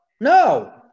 No